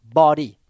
body